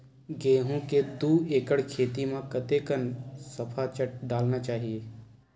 गेहूं के दू एकड़ खेती म कतेकन सफाचट डालना चाहि?